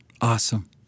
Awesome